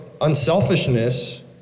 unselfishness